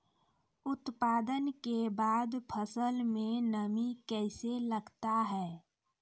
उत्पादन के बाद फसल मे नमी कैसे लगता हैं?